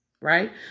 right